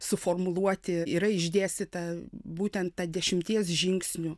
suformuluoti yra išdėstyta būtent ta dešimties žingsnių